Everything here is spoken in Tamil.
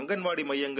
அங்கள்வாடி மையங்கள்